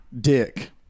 dick